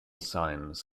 signs